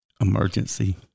Emergency